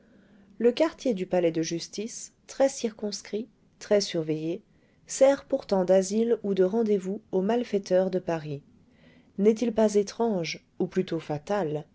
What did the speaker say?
le quartier du palais de justice très circonscrit très surveillé sert pourtant d'asile ou de rendez-vous aux malfaiteurs de paris n'est-il pas étrange ou plutôt fatal